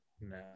No